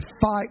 fight